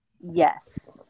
Yes